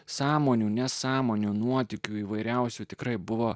sąmonių nesąmonių nuotykių įvairiausių tikrai buvo